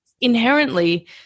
inherently